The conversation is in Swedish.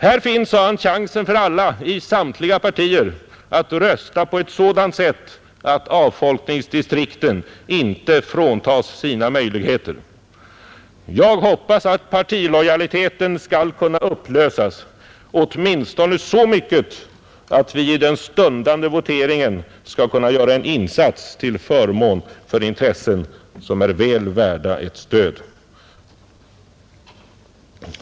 ”Här finns”, sade han, ”en chans för alla — i samtliga partier — att rösta på ett sådant sätt att avfolkningsdistrikten inte fråntas dessa möjligheter.” Herr Svensson hoppades ”att partilojaliteterna skall kunna upplösas åtminstone så mycket att vi i den stundande voteringen skall kunna göra en insats till förmån för intressen som är väl värda ett stöd”.